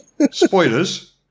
Spoilers